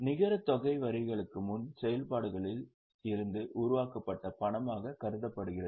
நிகர தொகை வரிகளுக்கு முன் செயல்பாடுகளில் இருந்து உருவாக்கப்பட்ட பணமாகக் கருதப்படுகிறது